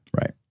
Right